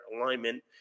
alignment